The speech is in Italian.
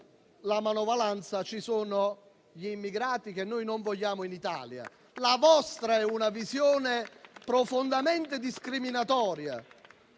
la manovalanza ci sono gli immigrati che noi non vogliamo in Italia. La vostra è una visione profondamente discriminatoria.